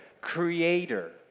creator